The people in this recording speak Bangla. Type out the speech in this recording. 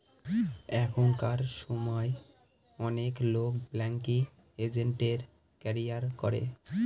এখনকার সময় অনেক লোক ব্যাঙ্কিং এজেন্টের ক্যারিয়ার করে